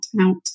out